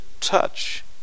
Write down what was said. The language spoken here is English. touch